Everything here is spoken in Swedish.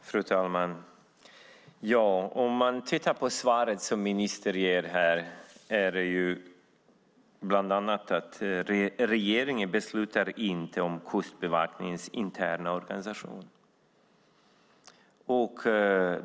Fru talman! Om man tittar på svaret som ministern ger ser man bland annat att regeringen inte beslutar om Kustbevakningens interna organisation.